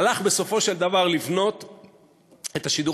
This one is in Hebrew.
הלך בסופו של דבר לבנות את השידור